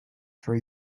for